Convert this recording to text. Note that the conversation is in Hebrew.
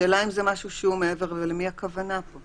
השאלה היא אם זה משהו שהוא מעבר ולמי הכוונה פה.